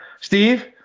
Steve